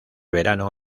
verano